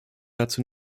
dazu